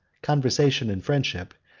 conversation and friendship,